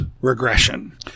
regression